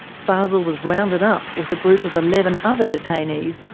fazel was rounded up with a group of eleven other detainees,